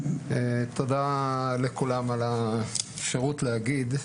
תודה רבה על האפשרות להגיד.